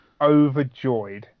overjoyed